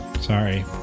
Sorry